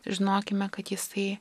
žinokime kad jisai